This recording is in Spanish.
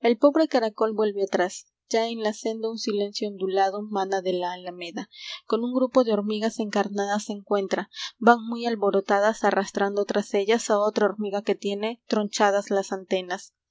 el pobre caracol vuelve atrás ya en la senda un silencio ondulado mana de la alameda con un grupo de hormigas encarnadas se encuentra van muy alborotadas arrastrando tras ellas a otra hormiga que tiene tronchadas las antenas